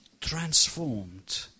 transformed